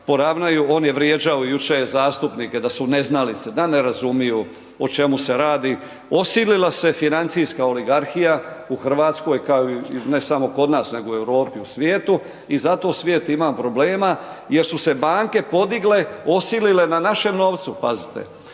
On je vrijeđao jučer zastupnike da su neznalice, da ne razumiju o čemu se radi, osilila se financijska oligarhija u Hrvatskoj, ne samo kod nas nego i u Europi i u svijetu i zato svijet ima problema jer su se banke podigle osilile na našem novcu, pazite.